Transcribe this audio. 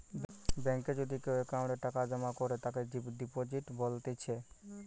বেঙ্কে যদি কেও অ্যাকাউন্টে টাকা জমা করে তাকে ডিপোজিট বলতিছে